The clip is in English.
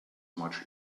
much